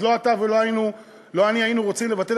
אז לא אתה ולא אני היינו רוצים לבטל